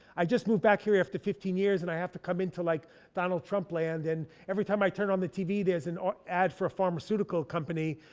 i just moved back here after fifteen years, and i have to come in to like donald trump land. and every time i turn on the tv there's an ah ad for a pharmaceutical company.